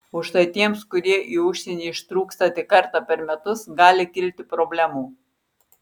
o štai tiems kurie į užsienį ištrūksta tik kartą per metus gali kilti problemų